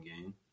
game